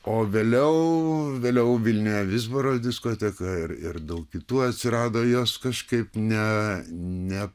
o vėliau vėliau vilniuje vizbaro diskoteka ir ir daug kitų atsirado jos kažkaip ne ne